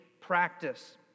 practice